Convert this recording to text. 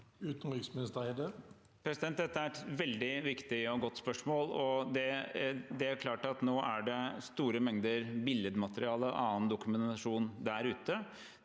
Utenriksminister Espen Barth Eide Det- te er et veldig viktig og godt spørsmål. Det er klart at det nå er store mengder billedmateriale og annen dokumentasjon der ute.